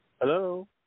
Hello